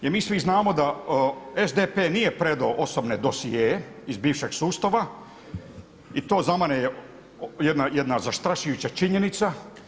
Jer mi svi znamo da SDP nije predao osobne dosjee iz bivšeg sustava i to za mene je jedna zastrašujuća činjenica.